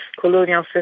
colonial